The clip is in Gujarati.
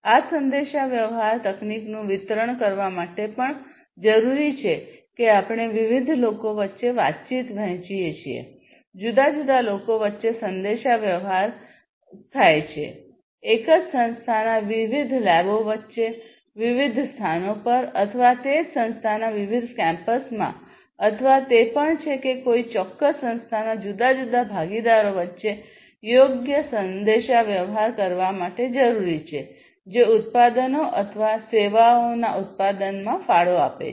આ સંદેશાવ્યવહાર તકનીકનું વિતરણ કરવા માટે પણ જરૂરી છે કે આપણે વિવિધ લોકો વચ્ચે વાતચીત વહેંચી છે જુદા જુદા લોકો વચ્ચે સંદેશાવ્યવહાર કર્યો છે એક જ સંસ્થાના વિવિધ લેબો વચ્ચે વિવિધ સ્થાનો પર અથવા તે જ સંસ્થાના વિવિધ કેમ્પસમાં અથવા તે પણ છે કોઈ ચોક્કસ સંસ્થાના જુદા જુદા ભાગીદારો વચ્ચે યોગ્ય સંદેશાવ્યવહાર કરવા માટે જરૂરી છે જે ઉત્પાદનો અથવા સેવાઓના ઉત્પાદનમાં ફાળો આપે છે